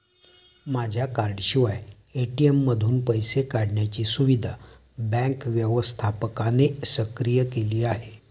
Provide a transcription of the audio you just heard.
माझ्या कार्डाशिवाय ए.टी.एम मधून पैसे काढण्याची सुविधा बँक व्यवस्थापकाने सक्रिय केली आहे